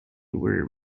were